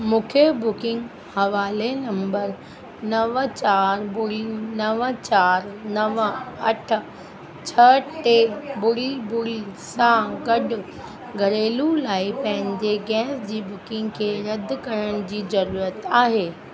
मूंखे बुकिंग हवाले नंबर नव चारि ॿुड़ी नव चारि नव अठ छह टे ॿुड़ी ॿुड़ी सां गॾु घरेलू लाइ पंहिंजे गैस जी बुकिंग खे रदि करण जी ज़रूरत आहे